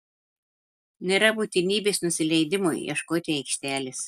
nėra būtinybės nusileidimui ieškoti aikštelės